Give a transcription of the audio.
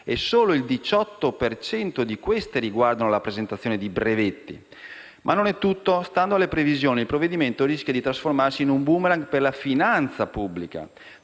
e solo il 18 per cento di queste riguardano la presentazione di brevetti. Ma non è tutto. Stando alle previsioni, il provvedimento rischia di trasformarsi in un *boomerang* per la finanza pubblica.